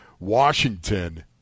Washington